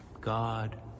god